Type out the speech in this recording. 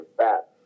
fat